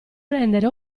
rendere